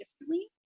differently